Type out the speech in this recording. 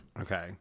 okay